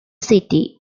city